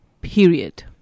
Period